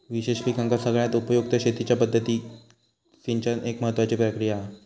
विशेष पिकांका सगळ्यात उपयुक्त शेतीच्या पद्धतीत सिंचन एक महत्त्वाची प्रक्रिया हा